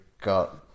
got